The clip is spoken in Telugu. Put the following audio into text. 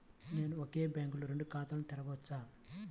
నేను ఒకే బ్యాంకులో రెండు ఖాతాలు తెరవవచ్చా?